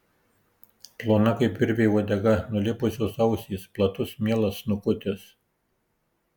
plona kaip virvė uodega nulėpusios ausys platus mielas snukutis